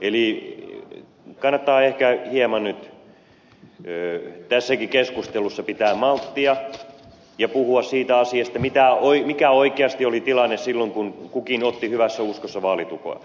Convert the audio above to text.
eli kannattaa ehkä hieman nyt tässäkin keskustelussa pitää malttia ja puhua siitä mikä oikeasti oli tilanne silloin kun kukin otti hyvässä uskossa vaalitukea